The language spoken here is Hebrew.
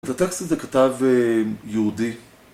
את הטקסט הזה כתב יהודי